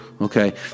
okay